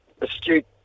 astute